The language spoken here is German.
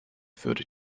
würde